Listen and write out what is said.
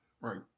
Right